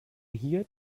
hier